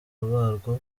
barwo